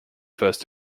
first